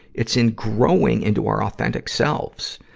it's in growing into our authentic selves.